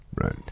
Right